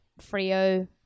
Frio